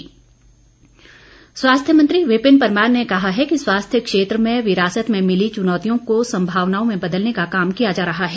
विपिन परमार स्वास्थ्य मंत्री विपिन परमार ने कहा है कि स्वास्थ्य क्षेत्र में विरासत में मिली चुनौतियों को संभावनाओं में बदलने का काम किया जा रहा है